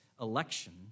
election